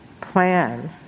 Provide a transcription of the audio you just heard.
plan